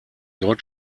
dort